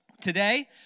today